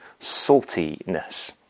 saltiness